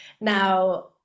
Now